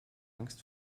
angst